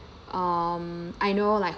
um I know like